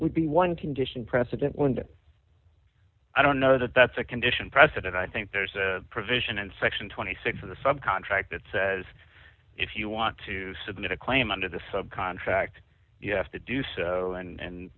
would be one condition precedent and i don't know that that's a condition precedent i think there's a provision and section twenty six of the sub contract that says if you want to submit a claim under the sub contract you have to do so and